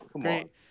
Great